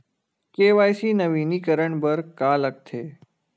KYC नवीनीकरण बर का का लगथे?